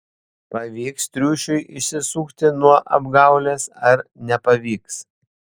pavyks triušiui išsisukti nuo apgaulės ar nepavyks